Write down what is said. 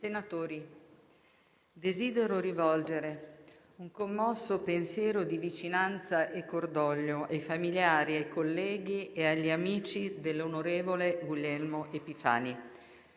Senatori, desidero rivolgere un commosso pensiero di vicinanza e cordoglio ai familiari, ai colleghi e agli amici dell'onorevole Guglielmo Epifani.